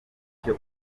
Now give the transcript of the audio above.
icyo